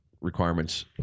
requirements